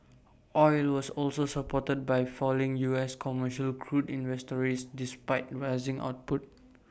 oil was also supported by falling us commercial crude inventories despite rising output